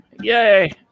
yay